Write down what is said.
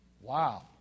Wow